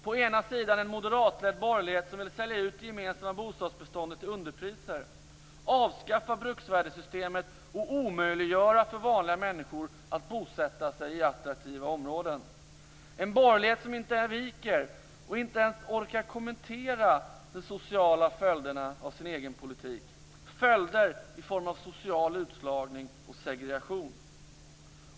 Å ena sidan har vi en moderatledd borgerlighet som vill sälja ut det gemensamma bostadsbeståndet till underpriser, avskaffa bruksvärdessystemet och omöjliggöra för vanliga människor att bosätta sig i attraktiva områden. Det är en borgerlighet som inte viker för och som inte ens orkar kommentera de sociala följderna av sin egen politik - följder i form av social utslagning och segregation.